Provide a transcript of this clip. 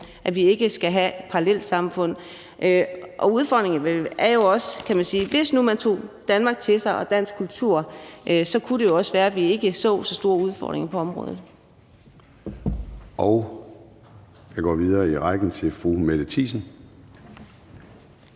at vi ikke skal have parallelsamfund. Og udfordringen er jo også, kan man sige, om man tager Danmark og dansk kultur til sig – så kunne det jo være, at vi ikke så så store udfordringer på området. Kl. 13:57 Formanden (Søren Gade): Vi går videre i rækken til fru Mette Thiesen.